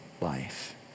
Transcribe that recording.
life